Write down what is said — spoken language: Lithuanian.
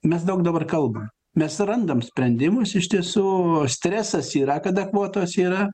mes daug dabar kalbam mes randam sprendimus iš tiesų stresas yra kada kvotos yra